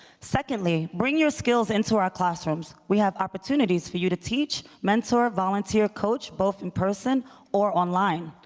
secondly, bring your skills into our classrooms, we have opportunities for you to teach, mentor, volunteer, coach both in person or online.